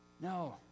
No